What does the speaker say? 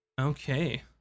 okay